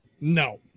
No